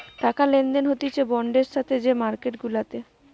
টাকা লেনদেন হতিছে বন্ডের সাথে যে মার্কেট গুলাতে